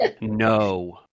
No